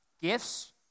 gifts